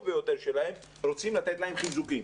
ביותר שלהם רוצים לתת להם עוד חיזוקים.